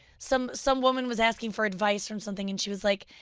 some some woman was asking for advice from something and she was like,